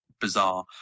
bizarre